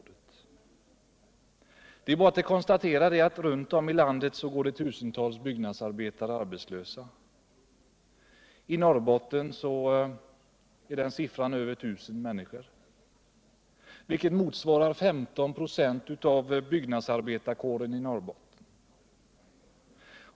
Det är bara att konstatera att runt om i landet går tusentals byggnadsarbetare arbetslösa. I Norrbotten är antalet över 1 000, vilket motsvarar 15 96 av byggnadsarbetarkåren i Norrbotten.